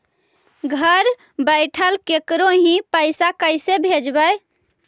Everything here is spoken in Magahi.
घर बैठल केकरो ही पैसा कैसे भेजबइ?